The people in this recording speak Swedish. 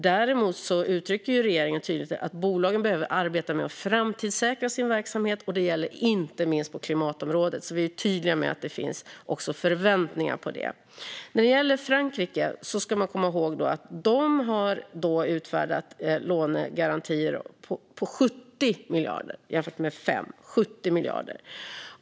Däremot uttrycker regeringen tydligt att bolagen behöver arbeta med att framtidssäkra sin verksamhet. Det gäller inte minst på klimatområdet, och vi är tydliga med att det finns förväntningar på detta. När det gäller Frankrike ska man komma ihåg att de har utfärdat lånegarantier på 70 miljarder jämfört med våra 5 miljarder.